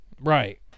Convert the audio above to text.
Right